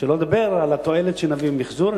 שלא לדבר על התועלת שנביא מהמיחזור.